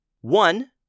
One